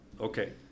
okay